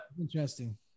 Interesting